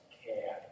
care